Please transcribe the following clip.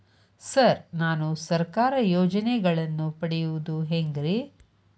Sir ನಾನು ಸರ್ಕಾರ ಯೋಜೆನೆಗಳನ್ನು ಪಡೆಯುವುದು ಹೆಂಗ್ರಿ?